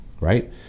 right